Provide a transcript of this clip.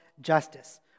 justice